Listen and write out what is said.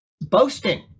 boasting